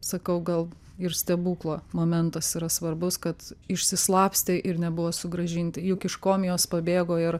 sakau gal ir stebuklo momentas yra svarbus kad išsislapstė ir nebuvo sugrąžinti juk iš komijos pabėgo ir